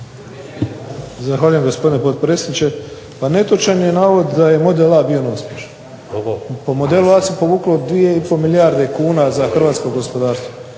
Zahvaljujem gospodine potpredsjedniče. Pa netočan je navod da je model A bio neuspješan. Po modelu A se povuklo 2,5 milijarde kuna za hrvatsko gospodarstvo.